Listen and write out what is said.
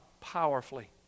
powerfully